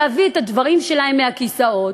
להביא את הדברים שלהם מהכיסאות,